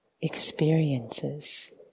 experiences